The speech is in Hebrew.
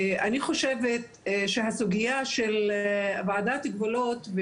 אני חושבת שהסוגיה של ועדת גבולות,